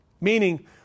meaning